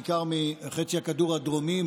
בעיקר מחצי הכדור הדרומי.